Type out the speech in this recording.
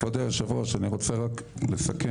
כבוד היושב ראש, אני רוצה רק לסכם.